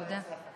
תודה.